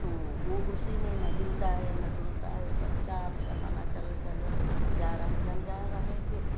तो ऊ उसी में न हिलता है न डोलता है चुपचाप से अपना चल चला जा रहा है जन जा रहा है कि